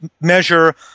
measure